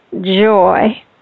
joy